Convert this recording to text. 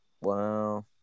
Wow